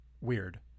weird